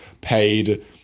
paid